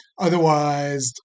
otherwise